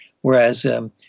whereas